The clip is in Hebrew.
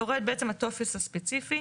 יורד בעצם הטופס הספציפי.